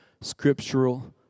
scriptural